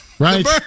Right